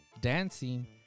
dancing